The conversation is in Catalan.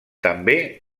també